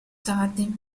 tardi